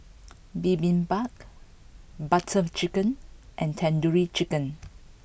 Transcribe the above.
Bibimbap Butter Chicken and Tandoori Chicken